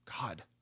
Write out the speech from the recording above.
god